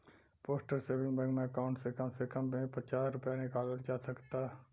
postal saving bank में account से कम से कम हे पचास रूपया निकालल जा सकता